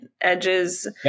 edges